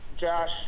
Josh